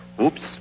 Oops